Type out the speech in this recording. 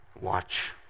Watch